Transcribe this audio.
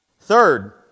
Third